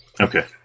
Okay